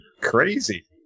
crazy